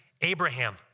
Abraham